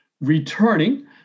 returning